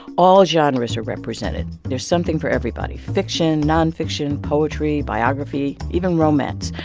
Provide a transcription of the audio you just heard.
all genres are represented. there's something for everybody fiction, nonfiction, poetry, biography, even romance.